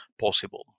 possible